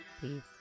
Peace